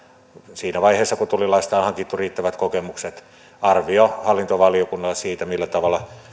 siinä vaiheessa kun tullilaista on hankittu riittävät kokemukset arvio hallintovaliokunnalle siitä millä tavalla